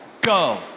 go